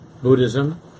Buddhism